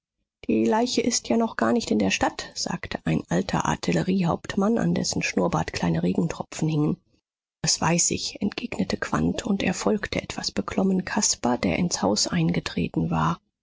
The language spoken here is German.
die leiche ist ja noch gar nicht in der stadt sagte ein alter artilleriehauptmann an dessen schnurrbart kleine regentropfen hingen das weiß ich entgegnete quandt und er folgte etwas beklommen caspar der ins haus eingetreten war